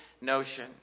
notion